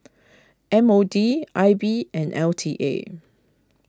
M O D I B and L T A